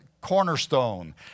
cornerstone